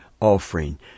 offering